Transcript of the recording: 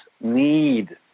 need